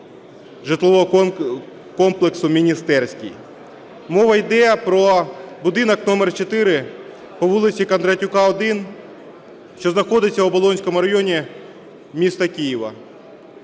Мова йде про будинок № 4 по вулиці Кондратюка,1, що знаходиться в Оболонському районі міста Києва.